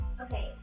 okay